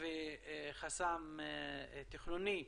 וחסמים תכנוניים.